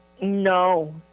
No